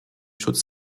schutz